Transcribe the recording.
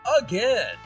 again